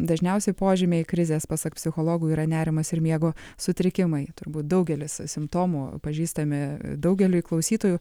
dažniausiai požymiai krizės pasak psichologų yra nerimas ir miego sutrikimai turbūt daugelis simptomų pažįstami daugeliui klausytojų